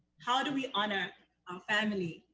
how do we honor our family,